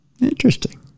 Interesting